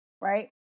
Right